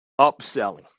upselling